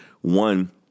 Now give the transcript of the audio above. one